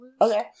okay